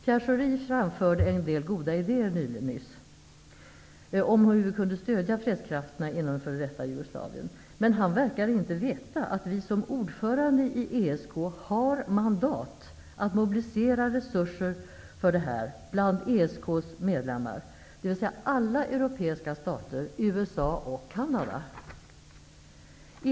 Pierre Schori framförde nyss en del goda idéer om hur vi skulle kunna stödja fredskrafterna i det f.d. Jugoslavien, men han verkar inte veta att vi som ordförande i ESK har mandat att bland ESK:s medlemmar, dvs. alla europeiska stater, USA och Canada, mobilisera resurser för detta.